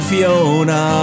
Fiona